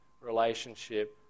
relationship